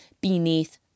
beneath